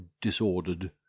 disordered